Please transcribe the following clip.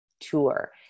tour